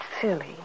silly